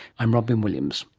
i'm robyn williams